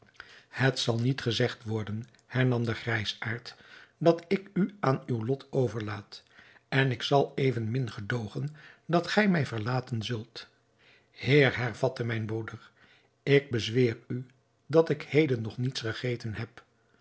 het zal niet gezegd worden hernam de grijsaard dat ik u aan uw lot overlaat en ik zal evenmin gedoogen dat gij mij verlaten zult heer hervatte mijn broeder ik bezweer u dat ik heden nog niets gegeten heb